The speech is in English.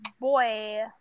boy